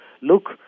look